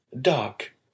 Dark